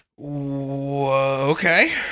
Okay